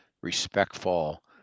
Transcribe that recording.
respectful